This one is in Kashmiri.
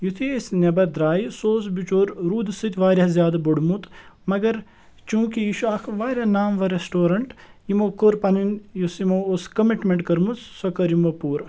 یُتھٕے أسۍ نیٚبَر درٛایہِ سُہ اوٗس بِچیور روٗدٕ سۭتۍ واریاہ زیادٕ بوٚڑمُت مگر چوٗنٛکہِ یہِ چھُ اَکھ واریاہ ناموَر ریٚسٹورَنٛٹ یِمو کٔر پَنٕنۍ یُس یِمو ٲس کوٚمِٹمیٚنٛٹ کٔرمٕژ سۄ کٔر یِمو پوٗرٕ